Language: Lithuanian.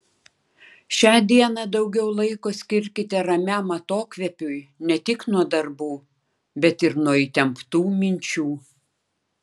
šią dieną daugiau laiko skirkite ramiam atokvėpiui ne tik nuo darbų bet ir nuo įtemptų minčių